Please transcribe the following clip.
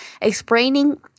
explaining